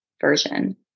version